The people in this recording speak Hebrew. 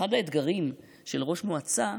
אחד האתגרים של ראש מועצה,